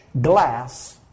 glass